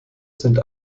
sind